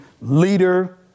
leader